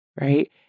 right